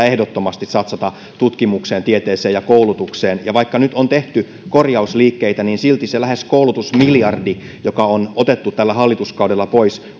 ehdottomasti satsata tutkimukseen tieteeseen ja koulutukseen ja vaikka nyt on tehty korjausliikkeitä silti se koulutuksen lähes miljardi joka on otettu tällä hallituskaudella pois